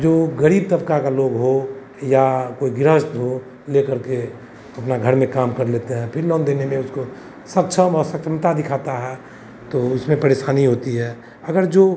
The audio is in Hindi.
जो गरीब तबका का लोग हो या कोई गृहस्थ हो लेकर के अपना घर में काम कर लेते हैं फिर लोन देने में उसको सक्षम असक्षमता दिखाता है तो उसमें परेशानी होती है अगर जो